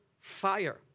fire